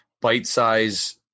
bite-size